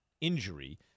injury